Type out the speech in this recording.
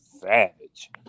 savage